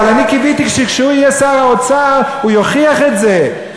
אבל אני קיוויתי שכשהוא יהיה שר האוצר הוא יוכיח את זה.